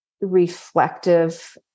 reflective